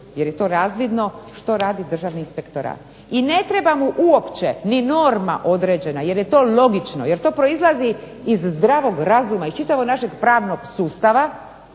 jer je to razvidno što radi Državni inspektorat i ne treba mu uopće ni norma određena jer je to logično, jer to proizlazi iz zdravog razuma, iz čitavog našeg pravnog sustava